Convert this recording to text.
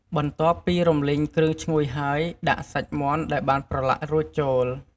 បន្ទាប់ពីរំលីងគ្រឿងឈ្ងុយហើយ ដាក់សាច់មាន់ដែលបានប្រឡាក់រួចចូល។